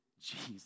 Jesus